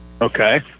Okay